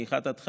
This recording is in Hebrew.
מ-1 עד 5,